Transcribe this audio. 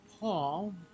Paul